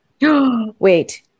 Wait